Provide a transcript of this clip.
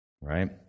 Right